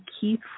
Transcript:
Keith